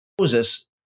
Moses